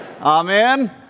Amen